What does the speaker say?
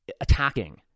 attacking